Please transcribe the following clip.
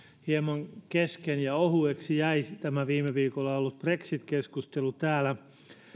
hieman kesken ja ohueksi jäi tämä viime viikolla ollut brexit keskustelu täällä